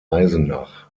eisenach